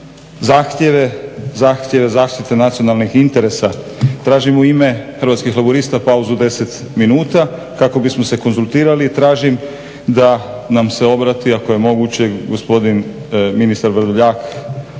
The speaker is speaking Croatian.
zahtjeve zaštite nacionalnih interesa. Tražim u ime Hrvatskih laburista pauzu od deset minuta kako bismo se konzultirali tražim da nam se obrati ako je moguće gospodin ministar Vrdoljak